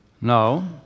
No